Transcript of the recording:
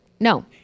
No